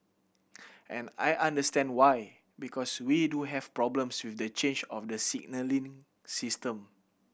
and I understand why because we do have problems with the change of the signalling system